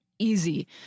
easy